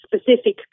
specific